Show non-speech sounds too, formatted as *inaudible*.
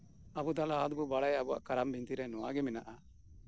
ᱟᱵᱚ *unintelligible* ᱫᱚ ᱞᱟᱦᱟᱛᱮᱵᱚᱱ ᱵᱟᱲᱟᱭᱟ ᱟᱵᱚᱣᱟᱜ ᱠᱟᱨᱟᱢ ᱵᱤᱱᱛᱤᱨᱮ ᱱᱚᱶᱟ ᱜᱮ ᱢᱮᱱᱟᱜᱼᱟ